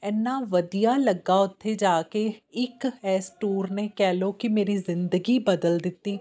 ਇੰਨਾ ਵਧੀਆ ਲੱਗਾ ਉੱਥੇ ਜਾ ਕੇ ਇੱਕ ਇਸ ਟੂਰ ਨੇ ਕਹਿ ਲਉ ਕਿ ਮੇਰੀ ਜ਼ਿੰਦਗੀ ਬਦਲ ਦਿੱਤੀ